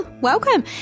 welcome